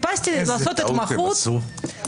איזה טעות הם עשו...